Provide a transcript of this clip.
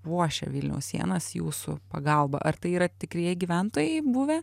puošia vilniaus sienas jūsų pagalba ar tai yra tikrieji gyventojai buvę